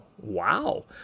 Wow